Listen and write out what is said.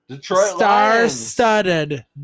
star-studded